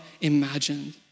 imagined